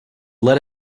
let